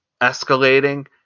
escalating